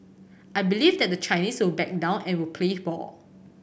I believe that the Chinese will back down and will play ball